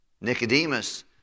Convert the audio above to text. Nicodemus